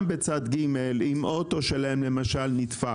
אם אוטו שלהן נדפק,